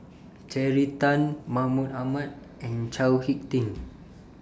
Terry Tan Mahmud Ahmad and Chao Hick Tin